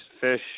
fish